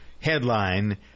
headline